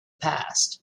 past